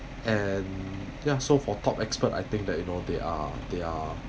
and ya so for top expert I think that you know they are they are